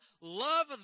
love